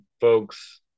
folks